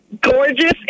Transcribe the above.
gorgeous